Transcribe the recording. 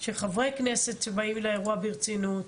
שחברי כנסת שבאים לאירוע ברצינות,